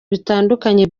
bitandukanye